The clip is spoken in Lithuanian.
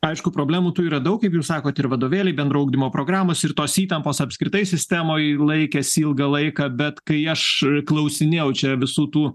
aišku problemų tų yra daug kaip jūs sakot ir vadovėliai bendro ugdymo programos ir tos įtampos apskritai sistemoj laikėsi ilgą laiką bet kai aš klausinėjau čia visų tų